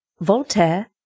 VOLTAIRE